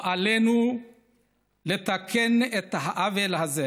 ועלינו לתקן את העוול הזה,